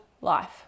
life